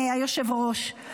היושב-ראש,